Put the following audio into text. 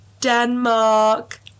Denmark